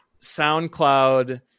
SoundCloud